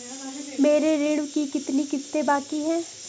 मेरे ऋण की कितनी किश्तें बाकी हैं?